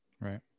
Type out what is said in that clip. Right